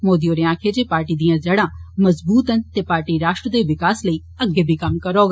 मोदी होरें आक्खेआ जे पार्टी दियां जड़ां मजबूत न ते पार्टी राष्ट्र दे विकास लेई अग्गै बी कम्म करौग